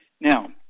Now